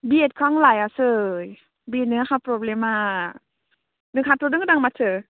बियेडखो आं लायासै बेनो आहा प्रब्लेमा नोंहाथ' दोंदां माथो